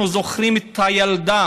אנחנו זוכרים את הילדה